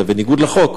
זה בניגוד לחוק.